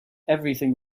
everything